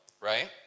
right